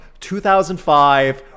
2005